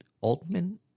Altman